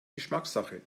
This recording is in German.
geschmackssache